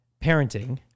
parenting